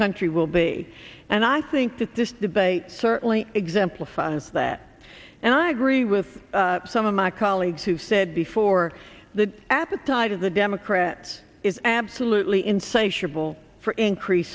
country will be and i think that this debate certainly exemplifies that and i agree with some of my colleagues who said before the appetite of the democrats is absolutely insatiable for increase